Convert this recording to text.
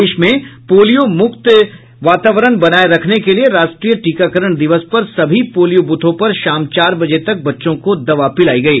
देश में पोलियो उन्मूलन की स्थिति बनाए रखने के लिए राष्ट्रीय टीकाकरण दिवस पर सभी पोलियो ब्रथों पर शाम चार बजे तक बच्चों को दचा पिलाई गई